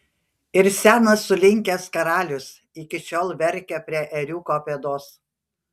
ir senas sulinkęs karalius iki šiol verkia prie ėriuko pėdos